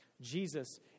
Jesus